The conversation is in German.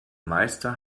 meister